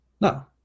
No